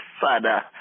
Father